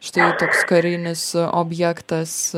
štai toks karinis objektas